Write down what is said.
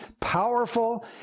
powerful